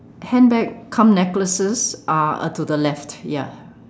handbags cum necklaces are uh to the left ya